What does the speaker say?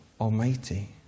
Almighty